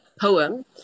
poem